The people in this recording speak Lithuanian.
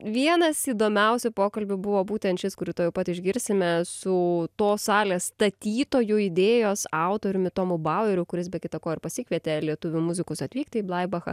vienas įdomiausių pokalbių buvo būtent šis kurį tuojau pat išgirsime su tos salės statytojų idėjos autoriumi tomu baueriu kuris be kita ko ir pasikvietė lietuvių muzikus atvykti į blaibachą